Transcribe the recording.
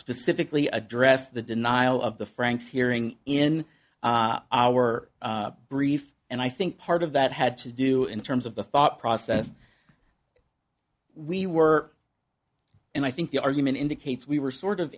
specifically address the denial of the franks hearing in our brief and i think part of that had to do in terms of the thought process we were and i think the argument indicates we were sort of